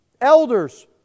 elders